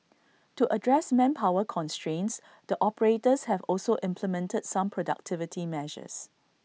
to address manpower constraints the operators have also implemented some productivity measures